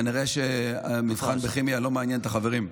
כנראה שהמבחן בכימיה לא מעניין את החברים.